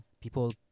People